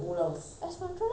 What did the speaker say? oh you must pay for it ah